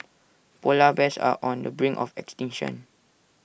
Polar Bears are on the brink of extinction